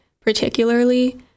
particularly